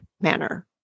manner